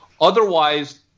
Otherwise